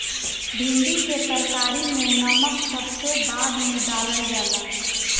भिन्डी के तरकारी में नमक सबसे बाद में डालल जाला